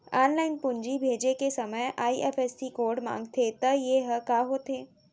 Online पूंजी भेजे के समय आई.एफ.एस.सी कोड माँगथे त ये ह का होथे?